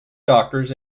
doctors